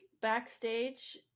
backstage